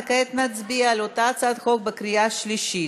כעת נצביע על אותה הצעת חוק בקריאה שלישית.